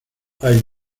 hay